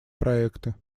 проекты